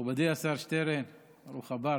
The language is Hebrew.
מכובדי השר שטרן, ברוך הבא.